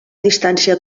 distància